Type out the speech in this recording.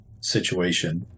situation